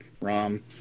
Rom